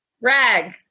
Rag